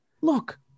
look